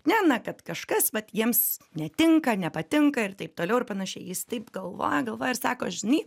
ne na kad kažkas vat jiems netinka nepatinka ir taip toliau ir panašiai jis taip galvoja galvoja ir sako žinai